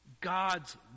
God's